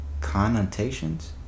connotations